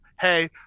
Hey